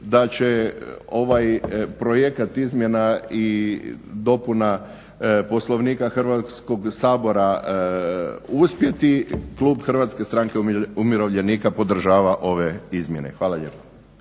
da će ovaj projekat izmjena i dopuna Poslovnika Hrvatskoga sabora uspjeti Klub HSU-a podržava ove izmjene. Hvala lijepa.